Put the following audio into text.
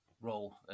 role